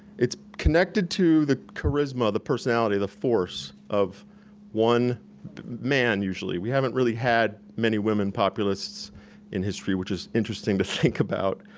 it's connected to the charisma, the personality, the force of one man, usually. we haven't really had many women populists in history which is interesting to think about,